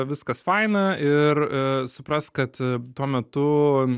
viskas faina ir suprask kad tuo metu